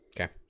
Okay